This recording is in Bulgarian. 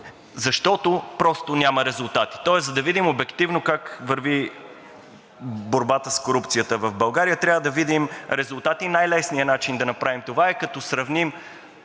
защото просто няма резултати. Тоест, за да видим обективно как върви борбата с корупцията в България, трябва да видим резултати. Най-лесният начин да направим това е, като сравним